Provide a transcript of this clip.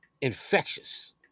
infectious